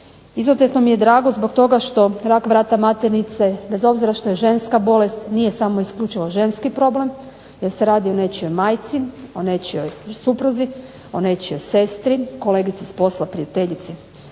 izuzetno mi je drago zbog toga što rak vrata maternice bez obzira što je ženska bolest nije samo i isključivo ženski problem jer se radi o nečijoj majci, o nečijoj supruzi, o nečijoj sestri, kolegici s posla, prijateljici.